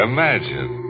Imagine